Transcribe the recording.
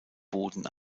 boden